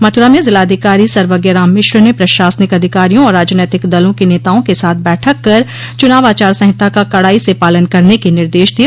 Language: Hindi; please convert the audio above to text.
मथुरा में जिलाधिकारी सर्वज्ञराम मिश्र ने प्रशासनिक अधिकारियों और राजनैतिक दलों के नेताओं के साथ बैठक कर चुनाव आचार संहिता का कड़ाई से पालन करने के निर्देश दिये